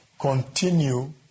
continue